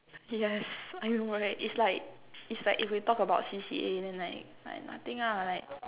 yes I know right it's like it's like if we talk about C_C_A then like like nothing lah like